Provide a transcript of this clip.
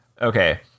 Okay